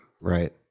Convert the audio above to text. right